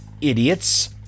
idiots